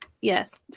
yes